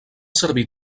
servir